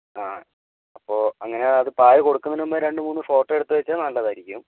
ആ അപ്പോൾ അങ്ങനെ അത് പാല് കൊടുക്കുന്നതിന് മുമ്പേ രണ്ട് മൂന്ന് ഫോട്ടോ എടുത്ത് വച്ചാൽ നല്ലതായിരിക്കും